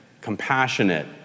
compassionate